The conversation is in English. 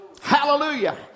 Hallelujah